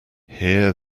hear